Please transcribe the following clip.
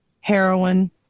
heroin